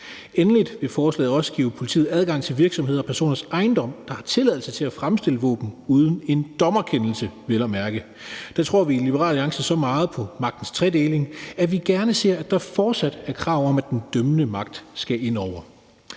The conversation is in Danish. Endelig vil forslaget også give politiet adgang til virksomheder og personers ejendom, der har tilladelse til at fremstille våben, vel at mærke uden en dommerkendelse. Der tror vi i Liberal Alliance så meget på magtens tredeling, at vi gerne ser, at der fortsat er krav om, at den dømmende magt skal ind over.